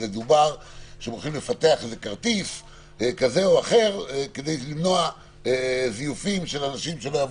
דובר שהולכים לפתח כרטיס כדי למנוע זיופים של אנשים.